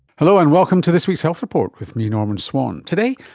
hello, and welcome to this week's health report with me, norman swan. today,